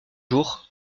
jours